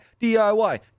DIY